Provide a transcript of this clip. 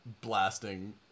blasting